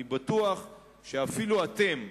אני בטוח שאפילו אתם,